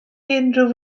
unrhyw